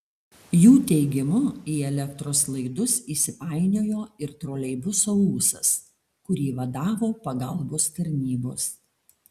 jų teigimu į elektros laidus įsipainiojo ir troleibuso ūsas kurį vadavo pagalbos tarnybos